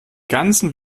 ganzen